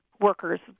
workers